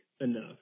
enough